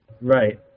Right